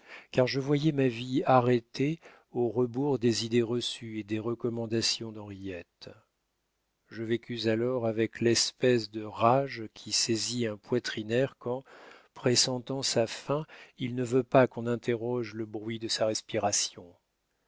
car je voyais ma vie arrêtée au rebours des idées reçues et des recommandations d'henriette je vécus alors avec l'espèce de rage qui saisit un poitrinaire quand pressentant sa fin il ne veut pas qu'on interroge le bruit de sa respiration